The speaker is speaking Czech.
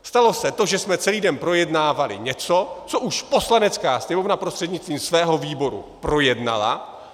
Stalo se to, že jsme celý den projednávali něco, co už Poslanecká sněmovna prostřednictvím svého výboru projednala.